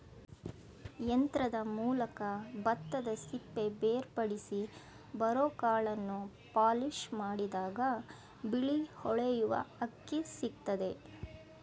ಯಂತ್ರದ ಮೂಲಕ ಭತ್ತದಸಿಪ್ಪೆ ಬೇರ್ಪಡಿಸಿ ಬರೋಕಾಳನ್ನು ಪಾಲಿಷ್ಮಾಡಿದಾಗ ಬಿಳಿ ಹೊಳೆಯುವ ಅಕ್ಕಿ ಸಿಕ್ತದೆ